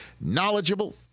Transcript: knowledgeable